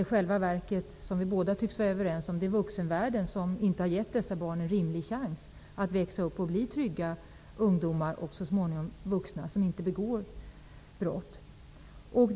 I själva verket har inte -- där tycks vi vara överens -- vuxenvärlden gett dessa barn en rimlig chans att växa upp och bli trygga unga och så småningom vuxna som inte begår brott.